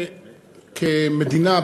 כמדינה,